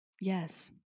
Yes